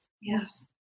Yes